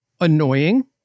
annoying